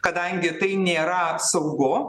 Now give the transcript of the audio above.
kadangi tai nėra saugu